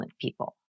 people